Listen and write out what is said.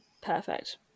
Perfect